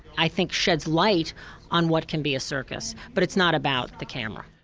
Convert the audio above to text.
i think sheds light on what can be a circus, but it's not about the camera.